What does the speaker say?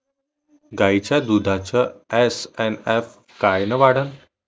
गायीच्या दुधाचा एस.एन.एफ कायनं वाढन?